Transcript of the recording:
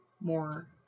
more